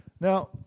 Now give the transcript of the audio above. Now